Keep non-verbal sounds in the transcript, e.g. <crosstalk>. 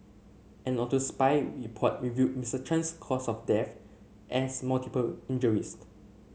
an autopsy report revealed Mister Chan's cause of death as multiple injuries <unintelligible>